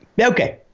Okay